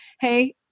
Hey